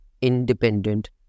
independent